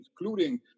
including